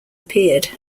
appeared